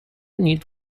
need